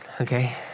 okay